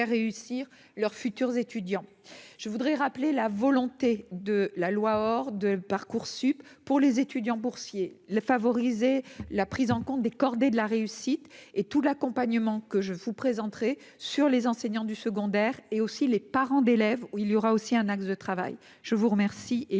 réussir leurs futurs étudiants, je voudrais rappeler la volonté de la loi hors de Parcoursup pour les étudiants boursiers les favoriser la prise en compte des cordées de la réussite et tout l'accompagnement que je vous présenterai sur les enseignants du secondaire et aussi les parents d'élèves, il y aura aussi un axe de travail : je vous remercie et